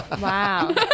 Wow